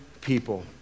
people